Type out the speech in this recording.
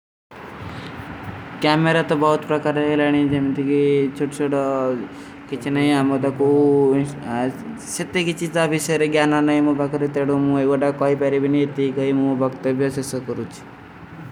କୈମେରା ତୋ ବହୁତ ପରକର ହୈ ଔର ଜମତକୀ ଚୁଟଚୁଟ କୁଛ ନହୀଂ ହୈ। ହମାଦା କୁଛ ସତ୍ଯ କୀ ଚୀଜା ଵିଶର ଗ୍ଯାନା ନହୀଂ ହୈ। ମୁଝେ ଏକ ଵଡା କୋଈ ପାରେ ଭୀ ନହୀଂ ଇତୀ ଗଈ ମୁଝେ ବଖତେ ବିଯା ସେ ସକୁରୁଛ।